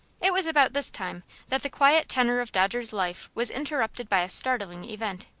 it was about this time that the quiet tenor of dodger's life was interrupted by a startling event.